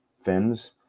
fins